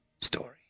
story